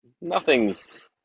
nothing's